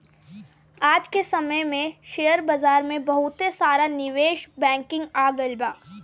आज के समय में शेयर बाजार में बहुते सारा निवेश बैंकिंग आ गइल बा